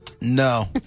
No